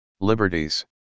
liberties